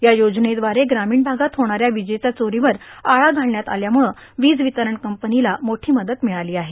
या योजनेद्वारे ग्रामीण भागात होणाऱ्या विजेच्या चोरीवर आळा घालण्यात आल्याम्रळं वीज वितरण कंपनीला मोठी मदत मिळाली आहे